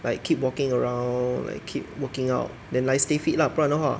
like keep walking around like keep working out then like stay fit lah 不然的话